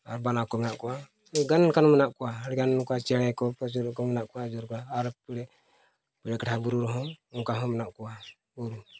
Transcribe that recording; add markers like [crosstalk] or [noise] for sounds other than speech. ᱟᱨ ᱵᱟᱱᱟ ᱠᱚ ᱢᱮᱱᱟᱜ ᱠᱚᱣᱟ ᱚᱱᱠᱟᱱ ᱚᱱᱠᱟᱱ ᱢᱮᱱᱟᱜ ᱠᱚᱣᱟ ᱟᱹᱰᱤᱜᱟᱱ ᱚᱱᱠᱟ ᱪᱮᱬᱮ ᱠᱚ ᱪᱤᱞᱤ ᱠᱚ ᱢᱮᱱᱟᱜ ᱠᱚᱣᱟ [unintelligible] ᱯᱤᱲᱟᱹ ᱠᱟᱴᱷᱟ ᱵᱩᱨᱩ ᱨᱮᱦᱚ ᱱᱚᱝᱠᱟ ᱦᱚᱸ ᱢᱮᱱᱟᱜ ᱠᱚᱣᱟ ᱠᱩᱞ